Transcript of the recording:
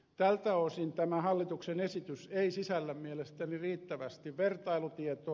tältä osin tämä hallituksen esitys ei sisällä mielestäni riittävästi vertailutietoa